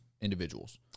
individuals